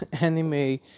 anime